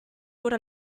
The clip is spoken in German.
oder